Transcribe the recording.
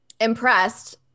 impressed